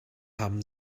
haben